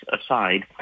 aside